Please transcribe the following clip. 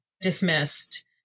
dismissed